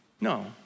No